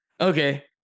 Okay